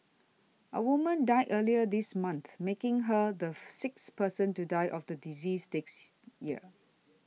a woman died earlier this month making her the sixth person to die of the disease this year